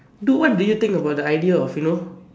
dude what do you think about the idea of you know